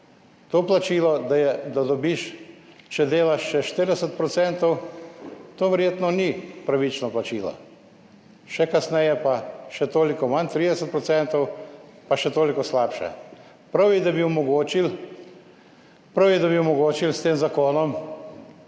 To plačilo, da dobiš, če delaš še 40 %, to verjetno ni pravično plačilo, kasneje pa še toliko manj, 30 %, kar je še toliko slabše. Prav je, da bi s tem zakonom